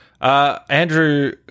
Andrew